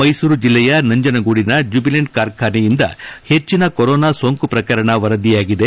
ಮೈಸೂರು ಜಿಲ್ಲೆಯ ನಂಜನಗೂಡಿನ ಜ್ಯುಬಿಲೆಂಟ್ ಕಾರ್ಖಾನೆಯಿಂದ ಹೆಚ್ಚಿನ ಕೊರೊನಾ ಸೋಂಕು ಪ್ರಕರಣ ವರದಿಯಾಗಿದೆ